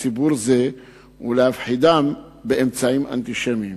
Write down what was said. ציבור זה ולהפחידו באמצעים אנטישמיים.